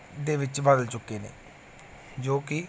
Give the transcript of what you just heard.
ਦੇ ਵਿੱਚ ਬਦਲ ਚੁੱਕੇ ਨੇ ਜੋ ਕਿ